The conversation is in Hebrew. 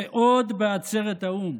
ועוד בעצרת האו"ם,